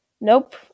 Nope